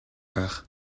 байх